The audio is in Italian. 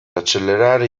accelerare